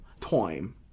time